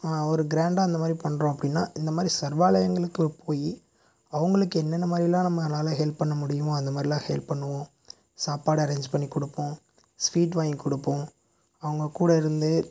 ஒரு கிராண்டாக அந்த மாதிரி பண்ணுறோம் அப்படின்னா இந்த மாதிரி சர்வாலயங்களுக்கு போய் அவர்களுக்கு என்னன்ன மாதிரிலாம் நம்மளால் ஹெல்ப் பண்ண முடியுமோ அந்த மாதிரிலாம் ஹெல்ப் பண்ணுவோம் சாப்பாடு அரேஞ்ச் பண்ணி கொடுப்போம் ஸ்வீட் வாங்கி கொடுப்போம் அவங்கள் கூட இருந்து